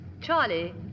Charlie